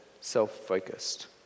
self-focused